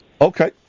Okay